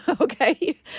okay